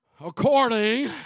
according